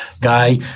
Guy